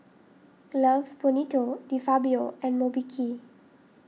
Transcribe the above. Love Bonito De Fabio and Mobike